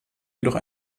jedoch